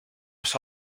was